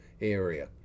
area